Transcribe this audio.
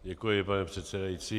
Děkuji, pane předsedající.